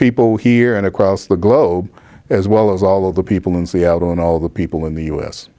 people here and across the globe as well as all of the people in seattle and all the people in the u